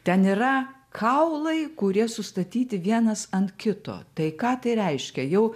ten yra kaulai kurie sustatyti vienas ant kito tai ką tai reiškia jau